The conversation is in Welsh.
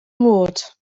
mod